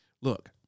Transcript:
Look